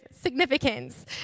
significance